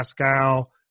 Pascal